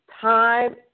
time